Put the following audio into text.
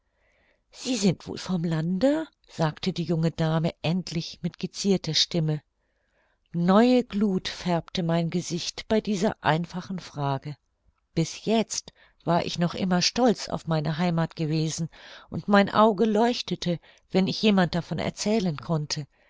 sie sind wohl vom lande sagte die junge dame endlich mit gezierter stimme neue gluth färbte mein gesicht bei dieser einfachen frage bis jetzt war ich noch immer stolz auf meine heimath gewesen und mein auge leuchtete wenn ich jemand davon erzählen konnte